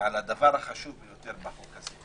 ועל הדבר החשוב ביותר בחוק הזה,